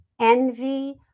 envy